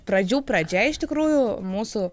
pradžių pradžia iš tikrųjų mūsų